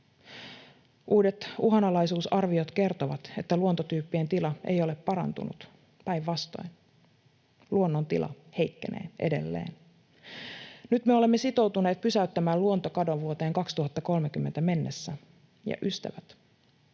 Uudet uhanalaisuusarviot kertovat, että luontotyyppien tila ei ole parantunut, päinvastoin: luonnon tila heikkenee edelleen. Nyt me olemme sitoutuneet pysäyttämään luontokadon vuoteen 2030 mennessä, ja ystävät,